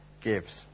gives